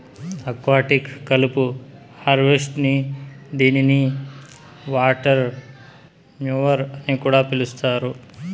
aquatic కలుపు harvester దీనిని water mower అని కూడా పిలుస్తారు